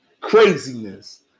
craziness